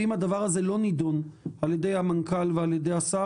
ואם הדבר הזה לא נדון על ידי המנכ"ל ועל ידי השר,